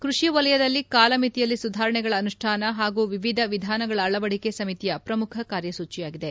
ಕೃಷಿ ವಲಯದಲ್ಲಿ ಕಾಲಮಿತಿಯಲ್ಲಿ ಸುಧಾರಣೆಗಳ ಅನುಷ್ಯಾನ ಹಾಗೂ ವಿವಿಧ ವಿಧಾನಗಳ ಅಳವಡಿಕೆ ಸಮಿತಿಯ ಪ್ರಮುಖ ಕಾರ್ಯಸೂಚಿಯಾಗಿದೆ